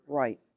right